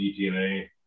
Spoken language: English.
DTNA